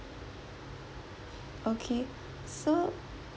okay so